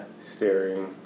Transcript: staring